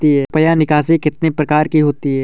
रुपया निकासी कितनी प्रकार की होती है?